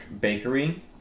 bakery